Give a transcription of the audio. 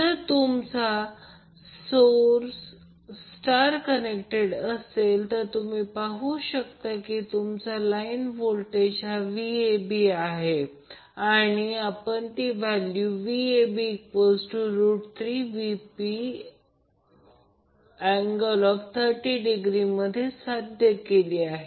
जर तुमचा source star connected असेल तुम्ही पाहू शकता की तुमचा लाईन व्होल्टेज हा Vab आहे आणि आपण ती व्हॅल्यू Vab3Vp∠30° मध्ये साध्य केली आहे